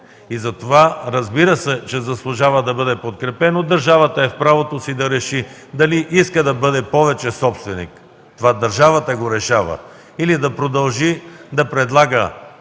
Разбира се, че заслужава да бъде подкрепено. Държавата е в правото си да реши дали иска да бъде повече собственик – това го решава държавата – или да продължи да предлага